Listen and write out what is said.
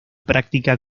práctica